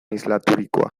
islaturikoa